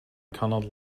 cannot